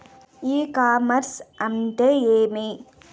ఇ commerce అంటే ఏమి?